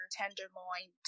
tenderloin